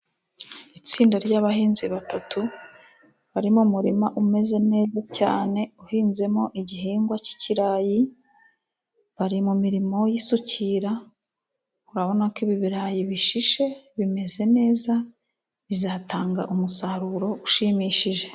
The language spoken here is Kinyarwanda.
Itsinda ry'abahinzi batatu bari mu murima umeze neza cyane, uhinzemo igihingwa cy'ibirayi bari mu mirimo y'isukira urabona ko ibi birayi bishishe, bimeze neza bizatanga umusaruro ushimishije.